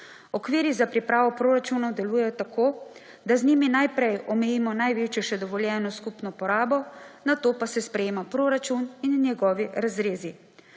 Okviri za pripravo proračunov delujejo tako, da z njimi najprej omejimo največjo še dovoljeno skupno porabo, nato pa se sprejema proračun in njegovi razredi.